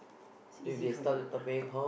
it's easy for everyone